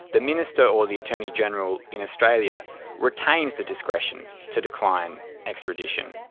the minister or the attorney general in australia retains the discretion to decline extradition.